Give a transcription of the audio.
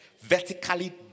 vertically